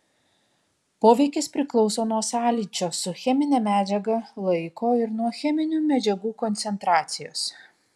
poveikis priklauso nuo sąlyčio su chemine medžiaga laiko ir nuo cheminių medžiagų koncentracijos